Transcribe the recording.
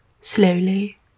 slowly